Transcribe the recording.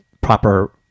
proper